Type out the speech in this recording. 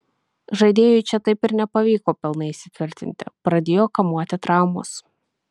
žaidėjui čia taip ir nepavyko pilnai įsitvirtinti pradėjo kamuoti traumos